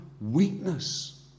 weakness